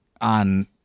on